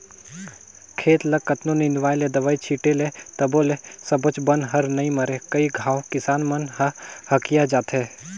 खेत ल कतनों निंदवाय ले, दवई छिटे ले तभो ले सबोच बन हर नइ मरे कई घांव किसान मन ह हकिया जाथे